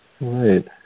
Right